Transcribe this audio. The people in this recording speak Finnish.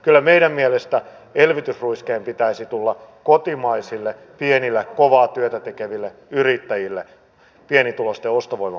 kyllä meidän mielestämme elvytysruiskeen pitäisi tulla kotimaisille pienille kovaa työtä tekeville yrittäjille pienituloisten ostovoiman parantamisen kautta